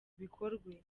bikorwe